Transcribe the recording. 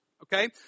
Okay